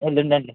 ఎల్లుండి అండి